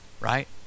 right